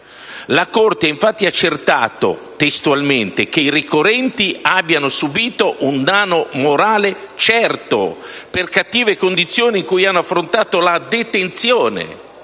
La Corte, infatti, ha accertato che: «i ricorrenti abbiano subito un danno morale certo» per le cattive condizioni in cui hanno affrontato la detenzione: